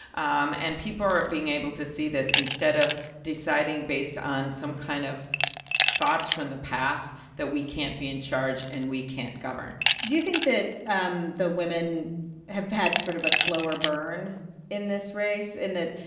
um and people are being able to see this instead of deciding based on some kind of thoughts from the past that we can't be in charge and we can't govern do you think that um the women have had sort of a slower burn in this race in that,